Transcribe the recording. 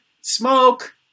smoke